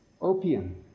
opium